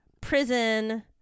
prison